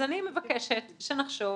אז אני מבקשת שנחשוב,